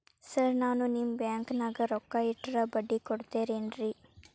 Sir ನಾನು ನಿಮ್ಮ ಬ್ಯಾಂಕನಾಗ ರೊಕ್ಕ ಇಟ್ಟರ ಬಡ್ಡಿ ಕೊಡತೇರೇನ್ರಿ?